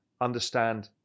understand